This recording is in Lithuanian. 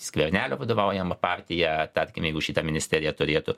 skvernelio vadovaujama partija tarkim jeigu šitą ministeriją turėtų